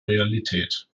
realität